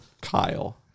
Kyle